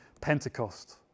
Pentecost